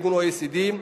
ה-OECD,